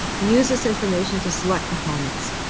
use this information to select components.